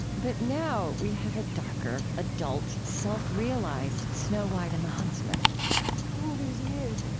but now, we have a darker, adult, self-realized snow white and the huntsman all these years,